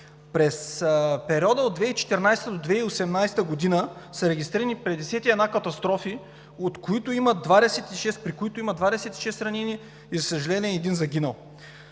През периода от 2014-а до 2018 г. са регистрирани 51 катастрофи, при които има 26 ранени и, за съжаление, един загинал.